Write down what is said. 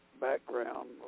background